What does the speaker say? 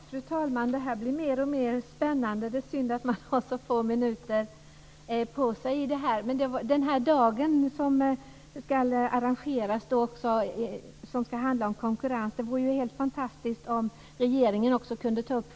Fru talman! Det här blir mer och mer spännande. Det är synd att man har så få minuter på sig. Det vore helt fantastiskt om regeringen också kunde ta upp forskningen när det ska arrangeras en dag om konkurrens.